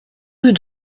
rue